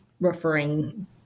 referring